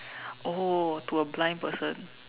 oh to a blind person